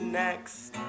next